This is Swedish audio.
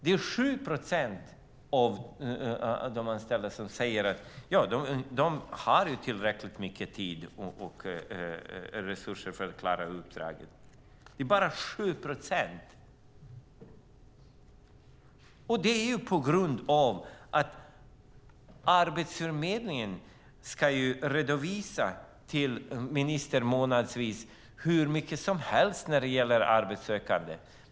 Det är 7 procent av de anställda som säger att de har tillräckligt mycket tid och resurser för att klara uppdraget. Det är bara 7 procent. Det är på grund av att Arbetsförmedlingen ska redovisa till ministern månadsvis hur mycket som helst när det gäller arbetssökande.